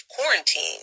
quarantine